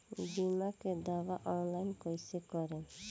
बीमा के दावा ऑनलाइन कैसे करेम?